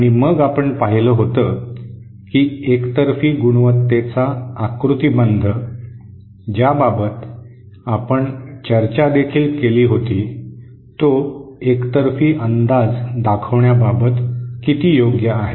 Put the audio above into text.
आणि मग आपण पाहिलं होतं की एकतर्फी गुणवत्तेचा आकृतिबंध ज्याबाबत आपण चर्चादेखील केली होती तो एकतर्फी अंदाज दाखवण्याबाबत किती योग्य आहे